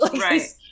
right